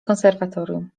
konserwatorium